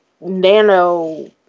nano